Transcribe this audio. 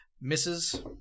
misses